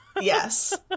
Yes